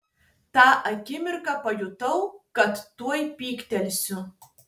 tą akimirką pajutau kad tuoj pyktelsiu